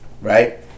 right